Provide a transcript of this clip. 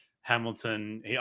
hamilton